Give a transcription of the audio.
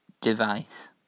Device